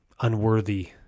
unworthy